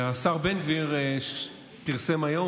השר בן גביר פרסם היום,